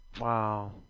Wow